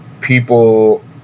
people